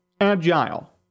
agile